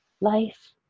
life